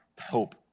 hope